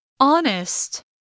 Honest